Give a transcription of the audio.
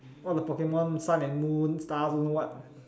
one of the Pokemon sun and moon star don't know what